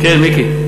כן, מיקי.